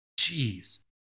Jeez